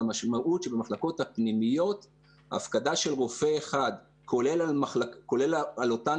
והמשמעות היא שבמחלקות הפנימיות הפקדה של רופא אחת כולל על אותן